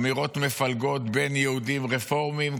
אמירות מפלגות בין יהודים רפורמים,